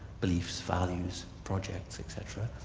beliefs, values, projects etc.